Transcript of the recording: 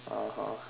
(uh huh)